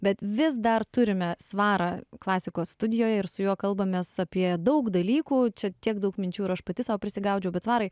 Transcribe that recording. bet vis dar turime svarą klasikos studijoj ir su juo kalbamės apie daug dalykų čia tiek daug minčių ir aš pati sau prisigaudžiau bet svarai